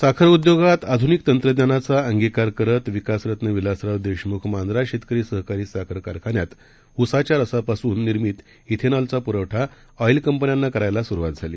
साखरउद्योगातआध्निकतंत्रज्ञानाचाअंगीकारकरतविकासरत्नविलासरावदेशमुखमांजराशेतकरीसहकारीसाखरकारखान्यातउसा च्यारसापासूननिर्मित छेनॉलचापुरवठाऑईलकंपन्यांनाकरायलासुरूवातझाली